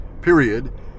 period